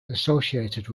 associated